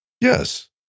Yes